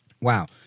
Wow